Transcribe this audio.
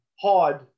hard